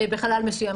בחלל מסוים,